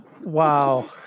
Wow